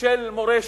של מורשת.